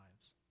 lives